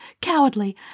cowardly